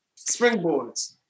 springboards